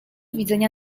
widzenia